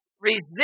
resist